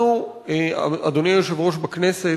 אדוני היושב-ראש, אנחנו בכנסת,